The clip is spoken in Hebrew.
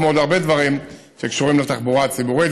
כמו עוד הרבה דברים שקשורים לתחבורה הציבורית.